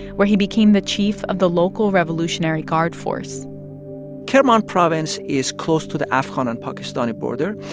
where he became the chief of the local revolutionary guard force kerman province is close to the afghan and pakistani border.